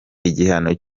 igihano